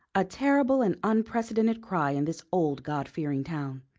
a terrible and unprecedented cry in this old, god-fearing town.